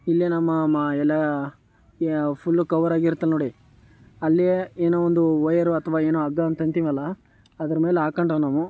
ಇಲ್ಲೇ ನಮ್ಮ ಮ ಎಲ್ಲ ಈಗ ಫುಲ್ಲು ಕವರಾಗಿರುತ್ತೆ ನೋಡಿ ಅಲ್ಲಿ ಏನೋ ಒಂದು ವೈಯರು ಅಥ್ವಾ ಏನೋ ಹಗ್ಗ ಅಂತ ಅಂತೀವಲ್ಲ ಅದರ ಮೇಲೆ ಹಾಕಂಡ್ರೆ ನಾವು